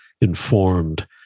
informed